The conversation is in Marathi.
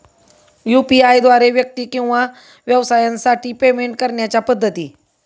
यू.पी.आय द्वारे व्यक्ती किंवा व्यवसायांसाठी पेमेंट करण्याच्या पद्धती